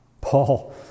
Paul